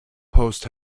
post